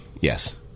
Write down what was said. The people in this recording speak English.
yes